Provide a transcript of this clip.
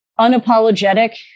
unapologetic